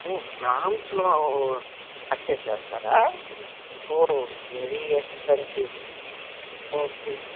ఓహ్ గ్రామ్స్లో పర్చేస్ చేేస్తారా oh very expensive okay